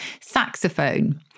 saxophone